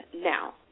now